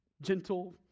gentle